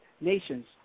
nations